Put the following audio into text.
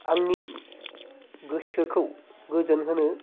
आंनि गोसोखौ गोजोन होनो